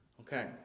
Okay